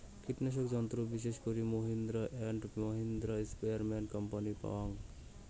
কীটনাশক যন্ত্র বিশেষ করি মাহিন্দ্রা অ্যান্ড মাহিন্দ্রা, স্প্রেয়ারম্যান কোম্পানির পাওয়াং